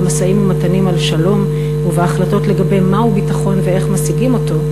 במשאים-ומתנים על שלום ובהחלטות לגבי מהו ביטחון ואיך משיגים אותו,